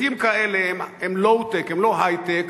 פריטים כאלה הם low-tech, הם לא היי-טק.